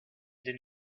den